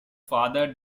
father